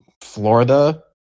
Florida